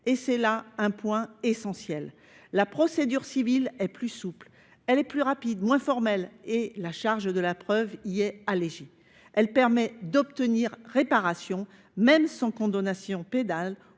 Ce point est essentiel. La procédure civile est plus souple, plus rapide et moins formelle. La charge de la preuve y est allégée. Elle permet d’obtenir réparation même sans condamnation pénale